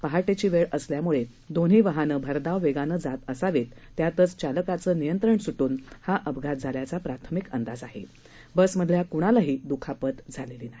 पहाटक्री वक्रीअसल्यानं दोन्ही वाहनं भरधाव वस्पिं जात असावीत त्यातच चालकाचं नियंत्रण सुटून हा अपघात झाल्याचा प्राथमिक अंदाज आहा बिसमधल्या कुणालाही दुखापत झालरीी नाही